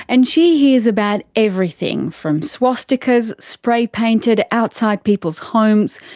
and she hears about everything from swastikas spray painted outside people's homes,